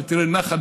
שתראה נחת,